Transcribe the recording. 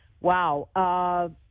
Wow